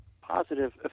positive